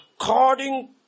according